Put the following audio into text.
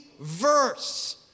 verse